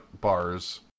bars